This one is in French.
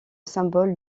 symbole